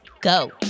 go